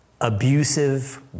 abusive